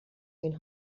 این